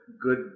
good